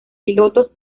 pilotos